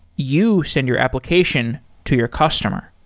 you send your application to your customer